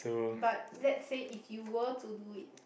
but let's say if you were to do it